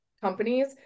companies